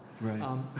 Right